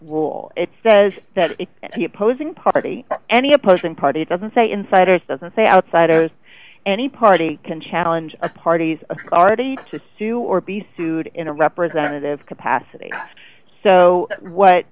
rule it says that opposing party any opposing party doesn't say insiders doesn't say outsiders any party can challenge a party's already to sue or be sued in a representative capacity so what